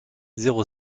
zéro